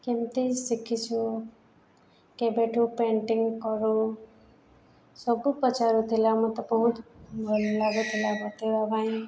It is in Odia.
କେମିତି ଶିଖିଛୁ କେବେଠୁ ପେଣ୍ଟିଂ କରୁ ସବୁ ପଚାରୁଥିଲା ମୋତେ ବହୁତ ଭଲ ଲାଗୁଥିଲା ବତାଇବା ପାଇଁ